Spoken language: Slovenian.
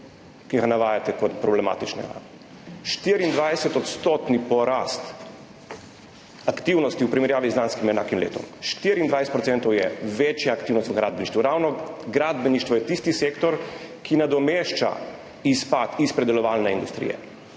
ki ga navajate kot problematičnega, 24-odstotni porast aktivnosti v primerjavi z lanskim letom. 24 % je večja aktivnost v gradbeništvu. Ravno gradbeništvo je tisti sektor, ki nadomešča izpad iz predelovalne industrije,